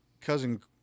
cousin